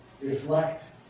reflect